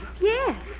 Yes